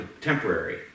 temporary